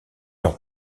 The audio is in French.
leur